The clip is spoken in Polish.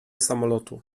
samolotu